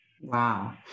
Wow